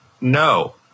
no